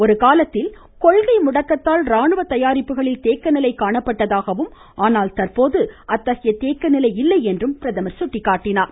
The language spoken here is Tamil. ஒரு காலத்தில் கொள்கை முடக்கத்தால் ராணுவ தயாரிப்புகளில் தேக்கநிலை காணப்பட்டதாகவும் ஆனால் தற்போது அத்தகைய தேக்கநிலை இல்லை என்றும் பிரதமர் சுட்டிக்காட்டினார்